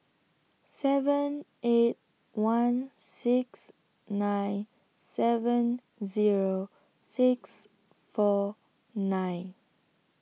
seven eight one six nine seven Zero six four nine